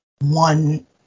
one